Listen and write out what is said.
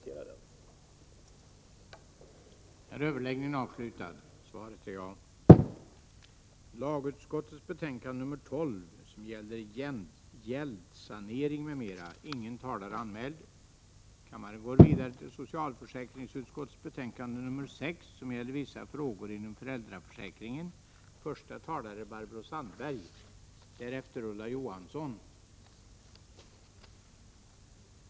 Kammaren övergick därför till att debattera socialförsäkringsutskottets betänkande 6 om vissa frågor inom föräldraförsäkringen.